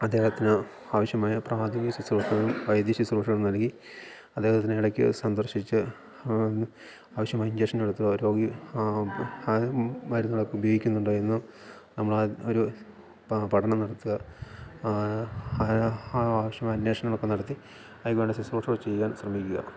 അദ്ദേഹത്തിന് ആവിശ്യമായ പ്രാഥമിക ശുശ്രൂഷകളും വൈദ്യശുശ്രൂഷകളും നൽകി അദ്ദേഹത്തിനെ ഇടയ്ക്ക് സന്ദർശിച്ച് ആവശ്യമായ ഇഞ്ചക്ഷൻ എടുത്ത് രോഗി അത് മരുന്നുകളൊക്കെ ഉപയോഗിക്കുന്നുണ്ടോ എന്നും നമ്മൾ ആ ഒരു പഠനം നടത്തുക ആവശ്യമായ അന്വേഷണങ്ങളൊക്കെ നടത്തി അയാൾക്ക് വേണ്ട ശുശ്രൂഷകൾ ചെയ്യാൻ ശ്രമിക്കുക